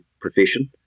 profession